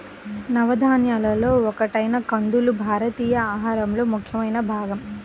నవధాన్యాలలో ఒకటైన కందులు భారతీయుల ఆహారంలో ముఖ్యమైన భాగం